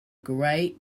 great